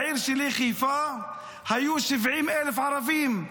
בעיר שלי, חיפה, היו 70,000 ערבים,